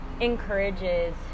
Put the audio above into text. encourages